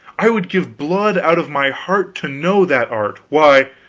i would give blood out of my heart to know that art. why,